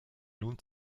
nun